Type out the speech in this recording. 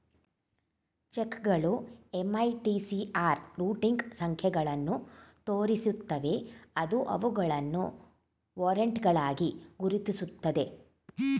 ಚೆಕ್ಗಳು MICR routing ಸಂಖ್ಯೆಗಳನ್ನು ತೋರಿಸುತ್ತವೆ ಅದು ಅವುಗಳನ್ನು ವಾರೆಂಟ್ಗಳಾಗಿ ಗುರುತಿಸುತ್ತದೆ